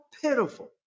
pitiful